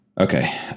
okay